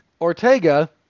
Ortega